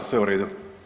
Sve u redu.